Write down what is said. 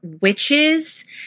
witches